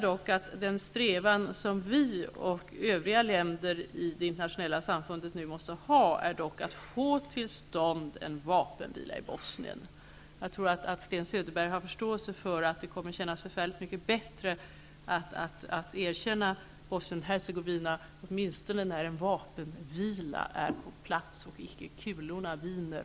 Den strävan som vi och övriga länder i det internationella samfundet nu måsta ha är att få till stånd en vapenvila i Bosnien. Jag tror att Sten Söderberg har förståelse för att det kommer att kännas väldigt mycket bättre att erkänna Bosnien-Hercegovina när åtminstone en vapenvila är ingången och kulorna icke viner.